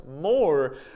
more